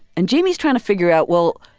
and jamie's trying to figure out, well,